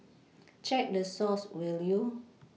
check the source will you